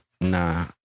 Nah